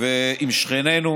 עם שכנינו,